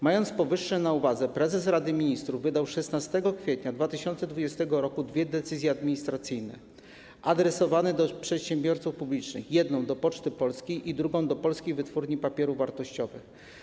Mając powyższe na uwadze, prezes Rady Ministrów wydał 16 kwietnia 2020 r. dwie decyzje administracyjne adresowane do przedsiębiorców publicznych: jedną do Poczty Polskiej i drugą do Polskiej Wytwórni Papierów Wartościowych.